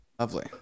Lovely